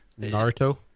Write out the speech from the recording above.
Naruto